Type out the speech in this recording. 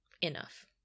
Enough